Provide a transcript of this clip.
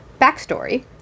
Backstory